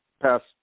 past